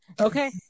Okay